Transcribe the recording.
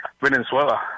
Venezuela